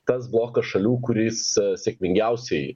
tas bloko šalių kuris sėkmingiausiai